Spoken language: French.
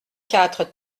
quatre